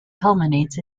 culminates